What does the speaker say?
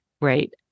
right